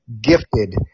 gifted